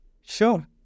Sure